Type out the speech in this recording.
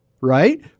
right